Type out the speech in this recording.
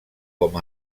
com